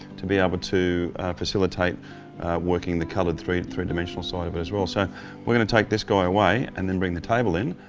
to be able to facilitate working the colored three three dimensional side of it as well. so we're going to take this guy away, and then bring the table in,